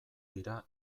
dira